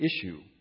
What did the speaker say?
issue